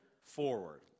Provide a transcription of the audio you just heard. Forward